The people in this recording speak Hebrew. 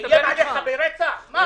בסעיף קטן (א),